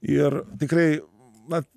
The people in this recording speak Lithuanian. ir tikrai na